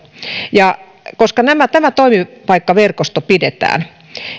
koska tämä toimipaikkaverkosto pidetään